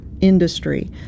industry